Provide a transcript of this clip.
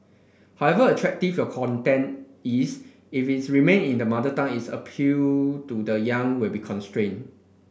however attractive your content is if it remain in the mother tongue its appeal to the young will be constrained